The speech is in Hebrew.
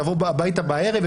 יבוא הביתה בערב,